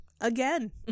again